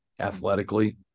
athletically